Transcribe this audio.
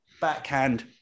backhand